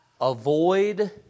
Avoid